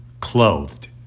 clothed